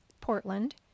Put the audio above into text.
Portland